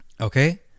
Okay